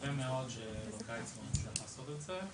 מקווה מאוד שהקיץ הזה.